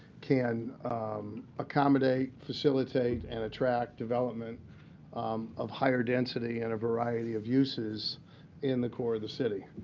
can accommodate, facilitate, and attract development of higher density and a variety of uses in the core of the city.